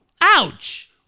ouch